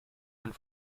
ein